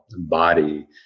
body